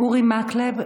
אורי מקלב,